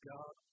God